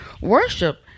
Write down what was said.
Worship